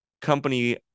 company